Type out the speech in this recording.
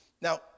Now